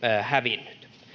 hävinnyt